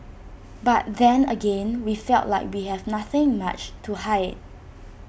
but then again we felt like we have nothing much to hide